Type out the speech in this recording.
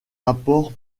rapport